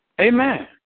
Amen